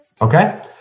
Okay